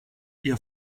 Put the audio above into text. ihr